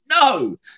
no